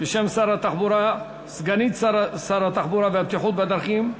בשם שר התחבורה סגנית שר התחבורה והבטיחות בדרכים,